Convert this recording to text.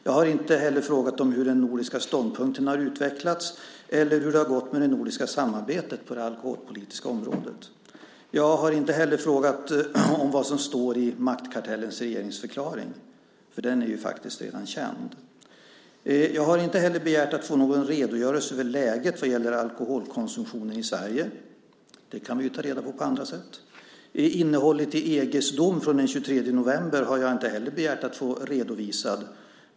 Jag har inte frågat hur den nordiska ståndpunkten har utvecklats eller hur det har gått med det nordiska samarbetet på det alkoholpolitiska området. Jag har inte heller frågat vad som står i maktkartellens regeringsförklaring, för den är redan känd. Jag har inte begärt att få någon redogörelse för läget vad gäller alkoholkonsumtionen i Sverige. Vi kan ta reda på det på andra sätt. Innehållet i EG:s dom den 23 november har jag inte heller begärt att få redovisat.